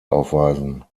aufweisen